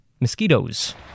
Mosquitoes